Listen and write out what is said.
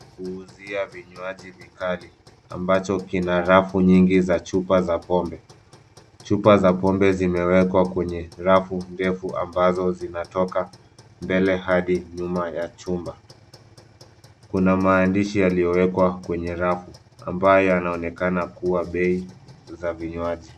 Kuuzia vinywaji vikali ambacho kina rafu nyingi za chupa za pombe. Chupa za pombe zimewekwa kwenye rafu ndefu ambazo zinatoka mbele hadi nyuma ya chumba. Kuna maandishi yaliyowekwa kwenye rafu ambayo yanaonekana kuwa bei za vinywaji.